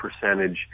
percentage